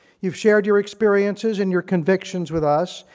you've shared your experiences and your convictions with us,